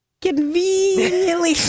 Conveniently